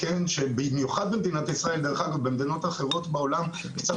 במיוחד במדינת ישראל במדינות אחרות בעולם קצת